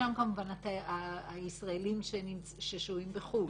ישנם כמובן הישראלים ששוהים בחו"ל.